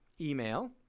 email